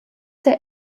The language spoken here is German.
der